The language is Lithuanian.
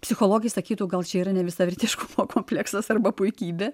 psichologai sakytų gal čia yra nevisavertiškumo kompleksas arba puikybė